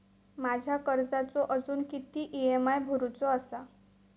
माझ्या कर्जाचो अजून किती ई.एम.आय भरूचो असा?